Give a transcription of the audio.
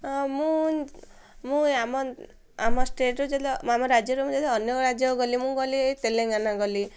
ମୁଁ ମୁଁ ଆମ ଆମ ଷ୍ଟେଟ୍ରୁ ଯେଦ ଆମ ରାଜ୍ୟରୁ ମୁଁ ଅନ୍ୟ ରାଜ୍ୟ ଗଲି ମୁଁ ଗଲି ତେଲେଙ୍ଗାନା ଗଲି